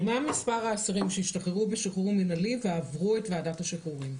מה מספר האסירים שהשתחררו בשחרור מינהלי ועברו את ועדת שחרורים?